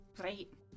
Great